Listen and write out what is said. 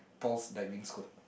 Paul's diving squad